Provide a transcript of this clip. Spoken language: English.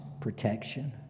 protection